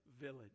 village